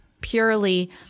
purely